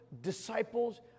disciples